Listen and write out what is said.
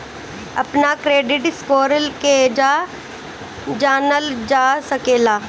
अपना credit score केगा जानल जा सकेला?